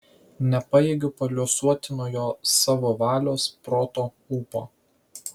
nepajėgiu paliuosuoti nuo jo savo valios proto ūpo